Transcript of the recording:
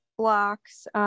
blocks